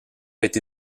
été